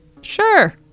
Sure